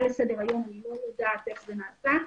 אני לא יודעת איך זה נעשה.